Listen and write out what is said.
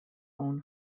own